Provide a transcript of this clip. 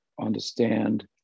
understand